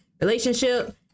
relationship